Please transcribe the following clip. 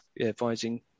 advising